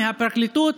מהפרקליטות,